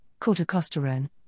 corticosterone